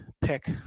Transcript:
pick